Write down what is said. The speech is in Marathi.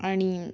आणि